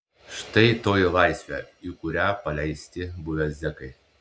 štai toji laisvė į kurią paleisti buvę zekai